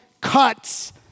cuts